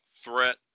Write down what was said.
Threat